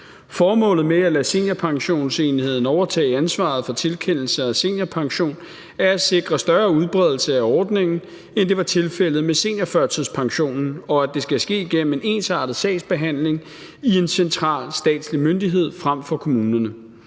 Formålet med at lade Seniorpensionsenheden overtage ansvaret for tilkendelser af seniorpension er at sikre en større udbredelse af ordningen, end det var tilfældet med seniorførtidspensionen, og at det skal ske igennem en ensartet sagsbehandling i en central statslig myndighed frem for i kommunerne.